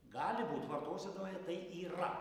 gali būt vartosenoje tai yra